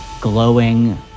glowing